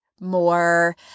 more